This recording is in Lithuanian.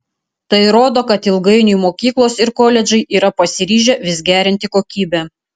tai rodo kad ilgainiui mokyklos ir koledžai yra pasiryžę vis gerinti kokybę